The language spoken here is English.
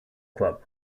club